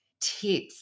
tips